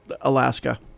alaska